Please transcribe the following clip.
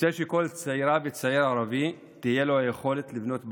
רוצה שלכל צעירה וצעיר ערבים תהיה היכולת לבנות בית,